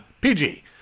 PG